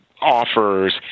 offers